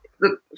look